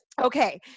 Okay